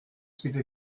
bitte